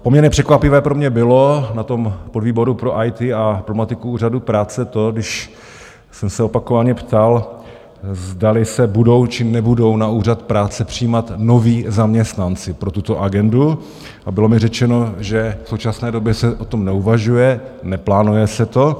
Poměrně překvapivé pro mě bylo na tom podvýboru pro IT a problematiku úřadu práce to, když jsem se opakovaně ptal, zdali se budou, či nebudou na úřad práce přijímat noví zaměstnanci pro tuto agendu, a bylo mi řečeno, že v současné době se o tom neuvažuje, neplánuje se to.